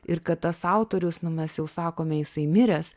ir kad tas autorius nu mes jau sakome jisai miręs